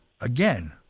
again